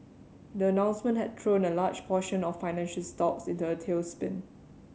the announcement had thrown a large portion of financial stocks into a tailspin